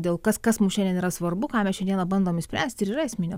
dėl kas kas mus šiandien yra svarbu ką mes šiandieną bandomi spręsti ir yra esminė